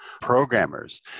programmers